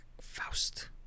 Faust